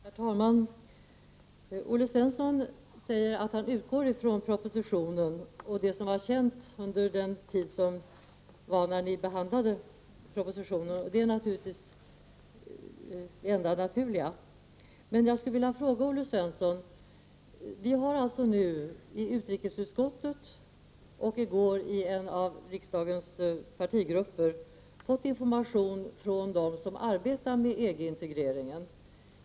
Herr talman! Olle Svensson säger att han utgår från propositionen och det som var känt vid den tid ni behandlade den. Det är naturligtvis det enda naturliga. Men jag skulle vilja fråga Olle Svensson en sak. Vi har i utrikesutskottet och i går i en av riksdagens partigrupper fått information från dem som arbetar med EG-integrationen.